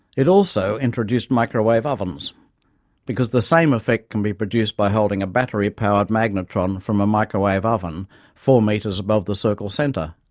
it also introduced microwave ovens because the same effect can be produced by holding a battery powered magnetron from a microwave oven four metres above the circle centre.